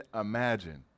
imagine